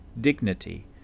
dignity